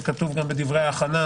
כפי שכתוב גם בדברי ההכנה,